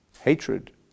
hatred